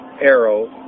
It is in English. arrow